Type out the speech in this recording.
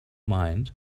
mind